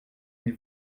êtes